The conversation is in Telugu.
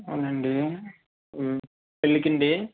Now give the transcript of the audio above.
అవునండీ పెళ్ళికండి